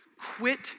quit